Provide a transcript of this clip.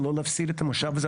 ולא להפסיד את המשאב הזה.